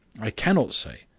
i cannot say,